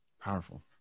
Powerful